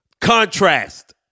Contrast